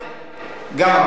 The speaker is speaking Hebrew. גם המים.